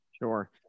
Sure